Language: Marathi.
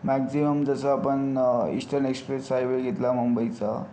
मॅक्झिमम जसं आपण ईस्टर्न एक्सप्रेस हायवे घेतला मुंबईचा